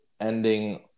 ending